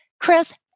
chris